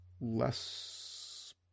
less